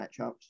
matchups